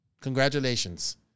Congratulations